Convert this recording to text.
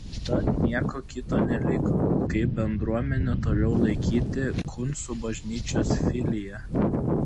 tad nieko kito neliko kaip bendruomenę toliau laikyti kuncų bažnyčios filija